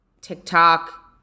TikTok